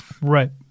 Right